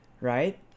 right